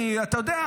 אתה יודע,